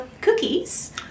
cookies